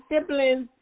siblings